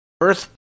Earth